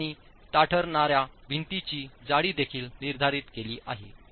आणि ताठरणाऱ्या भिंतीची जाडी देखील निर्धारित केली आहे